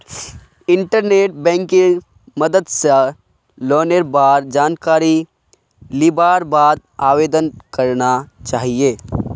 internet बैंकिंगेर मदद स लोनेर बार जानकारी लिबार बाद आवेदन करना चाहिए